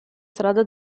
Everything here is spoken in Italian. strada